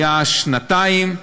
שנתיים,